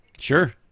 Sure